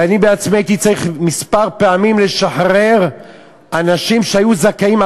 ואני בעצמי הייתי צריך כמה פעמים לשחרר אנשים שהיו זכאים,